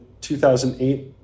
2008